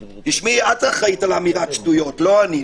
תשמעי, את אחראית על אמירת שטויות, לא אני.